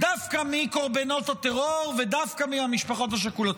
דווקא מקורבנות הטרור ודווקא מהמשפחות השכולות.